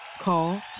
Call